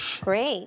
Great